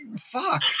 fuck